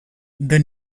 the